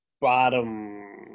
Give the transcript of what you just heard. bottom